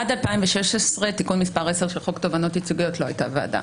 עד 2016 תיקון מס' 10 של חוק תובענות ייצוגיות לא הייתה ועדה.